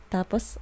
Tapos